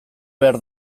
behar